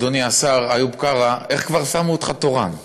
אדוני השר איוב קרא, איך כבר שמו אותך תורן?